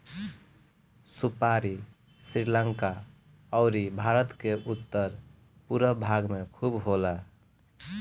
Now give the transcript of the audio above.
सुपारी श्रीलंका अउरी भारत के उत्तर पूरब भाग में खूब होला